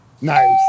Nice